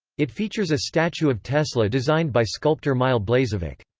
it features a statue of tesla designed by sculptor mile blazevic.